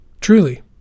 truly